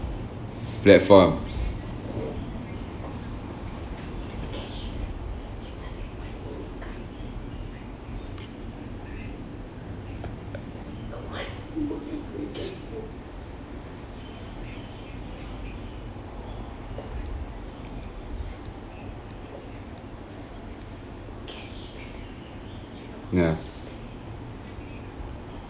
platforms ya